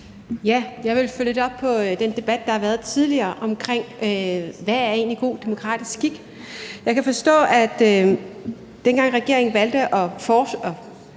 Jeg vil følge lidt op på den debat, der har været tidligere, omkring hvad der egentlig er god demokratisk skik. Jeg kan forstå, at dengang regeringen valgte at beslutte